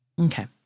Okay